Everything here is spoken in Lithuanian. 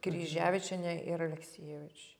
kryževičienė ir aleksijevič